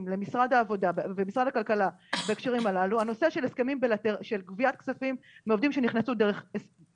למשרד הכלכלה בהקשרים הללו הנושא של גביית כספים מעובדים שלא